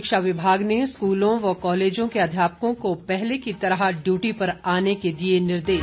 शिक्षा विभाग ने स्कूलों और कॉलेजों के अध्यापकों को पहले की तरह ड्यूटी पर आने के दिए निर्देश